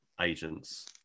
agents